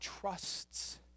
trusts